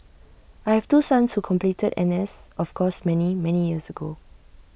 I have two sons who completed N S of course many many years ago